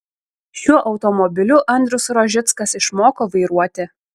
šiuo automobiliu andrius rožickas išmoko vairuoti